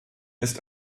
ist